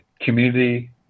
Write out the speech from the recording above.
community